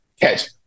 catch